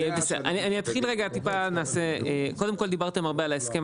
אני אתחיל רגע, קודם כל, דיברתם הרבה על ההסכם.